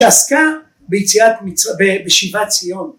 ‫התעסקה בשיבת ציון.